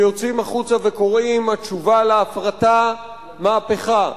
שיוצאים החוצה וקוראים: התשובה להפרטה, מהפכה.